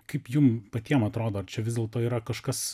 kaip jum patiem atrodo ar čia vis dėlto yra kažkas